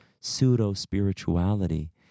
pseudo-spirituality